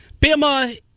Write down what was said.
Bama